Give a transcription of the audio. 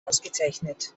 ausgezeichnet